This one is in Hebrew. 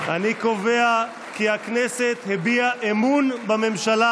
אני קובע כי הכנסת הביעה אמון בממשלה,